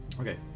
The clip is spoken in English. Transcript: okay